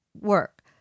work